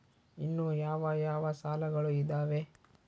ಇನ್ನು ಯಾವ ಯಾವ ಸಾಲಗಳು ಇದಾವೆ?